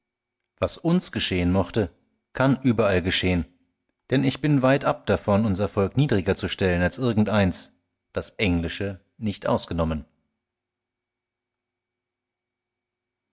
was uns geschehen mochte kann überall geschehn denn ich bin weit ab davon unser volk niedriger zu stellen als irgendeins das englische nicht ausgenommen